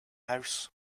house